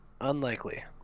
Unlikely